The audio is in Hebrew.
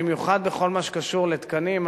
במיוחד בכל מה שקשור לתקנים,